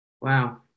Wow